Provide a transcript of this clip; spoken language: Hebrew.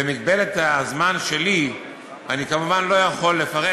במגבלת הזמן שלי אני כמובן לא יכול לפרט,